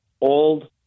old